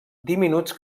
diminuts